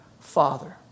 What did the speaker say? Father